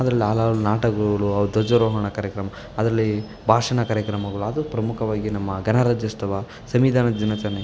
ಅದ್ರಲ್ಲಿ ನಾಟಕಗಳು ಆ ಧ್ವಜಾರೋಹಣ ಕಾರ್ಯಕ್ರಮ ಅದರಲ್ಲಿ ಭಾಷಣ ಕಾರ್ಯಕ್ರಮಗಳು ಅದು ಪ್ರಮುಖವಾಗಿ ನಮ್ಮ ಗಣರಾಜ್ಯೋತ್ಸವ ಸಂವಿಧಾನ ದಿನಾಚರಣೆ